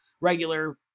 regular